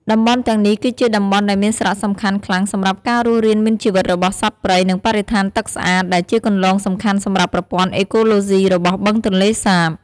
តំបន់ទាំងនេះគឺជាតំបន់ដែលមានសារសំខាន់ខ្លាំងសម្រាប់ការរស់រានមានជីវិតរបស់សត្វព្រៃ និងបរិស្ថានទឹកស្អាត ដែលជាគន្លងសំខាន់សម្រាប់ប្រព័ន្ធអេកូឡូស៊ីរបស់បឹងទន្លេសាប។